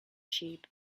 sheep